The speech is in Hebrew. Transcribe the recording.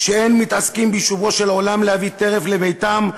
שאין מתעסקים ביישובו של עולם להביא טרף לביתם.